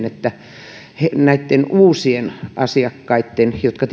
että näitten uusien asiakkaitten jotka